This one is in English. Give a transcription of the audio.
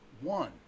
one